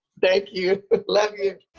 thank you. but love you.